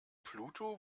pluto